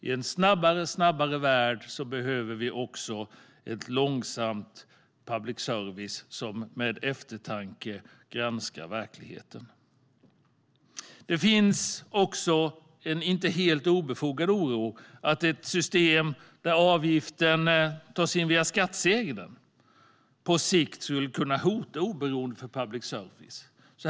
I en allt snabbare värld behöver vi också ett långsamt public service som med eftertanke granskar verkligheten. Det finns även en inte helt obefogad oro att ett system där avgiften tas in via skattsedeln på sikt skulle kunna hota oberoendet för public service.